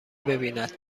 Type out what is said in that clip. ببیند